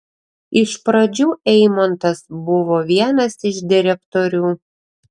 iš pradžių eimontas buvo vienas iš direktorių